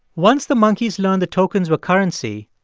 once the monkeys learned the tokens were currency,